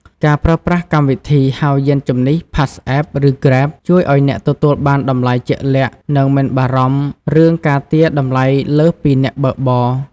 ការប្រើប្រាស់កម្មវិធីហៅយានជំនិះ PassApp ឬ Grab ជួយឱ្យអ្នកទទួលបានតម្លៃជាក់លាក់ និងមិនបារម្ភរឿងការទារតម្លៃលើសពីអ្នកបើកបរ។